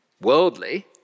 Worldly